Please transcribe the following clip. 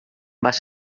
vas